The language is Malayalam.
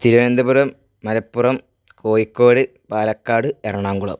തിരുവനന്തപുരം മലപ്പുറം കോഴിക്കോട് പാലക്കാട് എറണാകുളം